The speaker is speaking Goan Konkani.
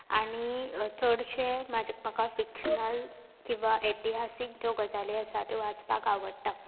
आनी चडशे म्हाका फिक्शनल किंवा एतिहासीक ज्यो गजाली आसात त्यो वाचपाक आवडटा